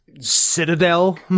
Citadel